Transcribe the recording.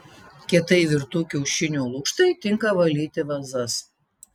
kietai virtų kiaušinių lukštai tinka valyti vazas